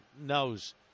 knows